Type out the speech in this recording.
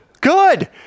good